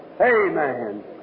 Amen